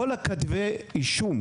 כל כתבי האישום,